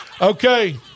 Okay